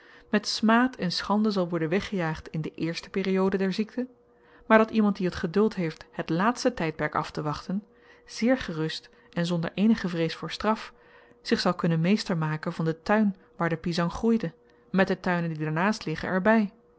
duiten met smaad en schande zal worden weggejaagd in de eerste periode der ziekte maar dat iemand die t geduld heeft het laatste tydperk aftewachten zeer gerust en zonder eenige vrees voor straf zich zal kunnen meester maken van den tuin waar de pisang groeide met de tuinen die daarnaast liggen er